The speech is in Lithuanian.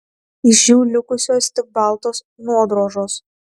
iš jų likusios tik baltos nuodrožos